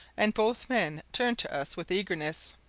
and both men turned to us with eagerness.